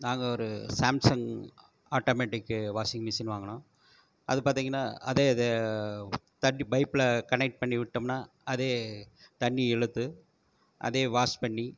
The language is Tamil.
நாங்க ஒரு சாம்சங் ஆட்டோமெட்டிக்கு வாஷிங் மிஷின் வாங்கினோம் அது பார்த்தீங்கன்னா அதே இது தண்ணி பைப்பில் கனெக்ட் பண்ணி விட்டோம்னா அதே தண்ணி இழுத்து அதே வாஷ் பண்ணி